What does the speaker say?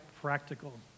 practical